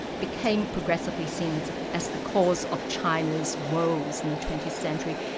became progressively seen as ah as the cause of china's woes in the twentieth century,